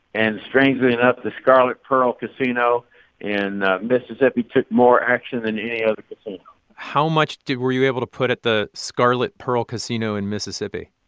and, strangely enough, the scarlet pearl casino in mississippi took more action than any other casino how much were you able to put at the scarlet pearl casino in mississippi?